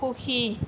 সুখী